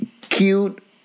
Cute